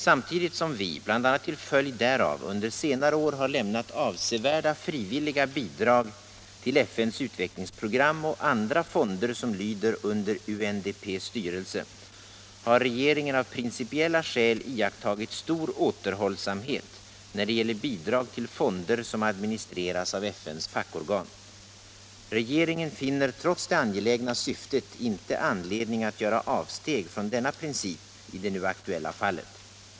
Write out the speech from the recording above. Samtidigt som vi, bl.a. till följd därav, under senare år har lämnat avsevärda frivilliga bidrag till FN:s utvecklingsprogram och andra fonder som lyder under UNDP:s styrelse, har regeringen av principiella skäl iakttagit stor återhållsamhet när det gäller bidrag till fonder som administreras av FN:s fackorgan. Regeringen finner trots det angelägna syftet inte anledning att göra avsteg från denna princip i det nu aktuella fallet.